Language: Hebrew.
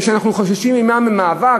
כי אנחנו חוששים ממה, ממאבק?